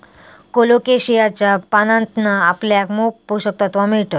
कोलोकेशियाच्या पानांतना आपल्याक मोप पोषक तत्त्वा मिळतत